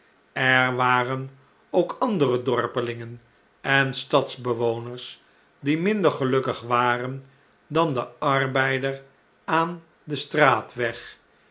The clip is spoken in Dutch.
er waren ook andere dorpelingen en stadsbewoners die minder gelukkig waren dan de arbeider aan den straatweg